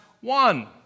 one